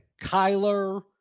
Kyler